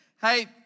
Hey